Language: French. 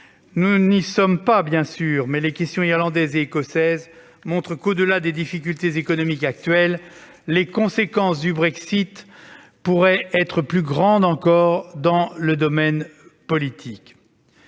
Nous n'en sommes pas là, bien sûr, mais les questions irlandaise et écossaise montrent que, au-delà des difficultés économiques actuelles, les conséquences du Brexit pourraient être plus grandes encore dans le domaine politique.